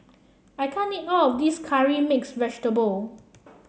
I can't eat all of this Curry Mixed Vegetable